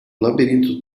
labirinto